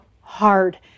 hard